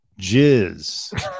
jizz